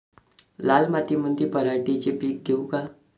लाल मातीमंदी पराटीचे पीक घेऊ का?